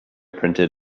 printed